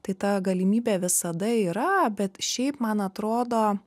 tai ta galimybė visada yra bet šiaip man atrodo